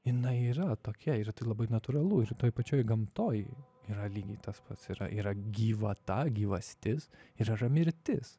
jinai yra tokia ir tai labai natūralu ir toj pačioj gamtoj yra lygiai tas pats yra yra gyvata gyvastis yra mirtis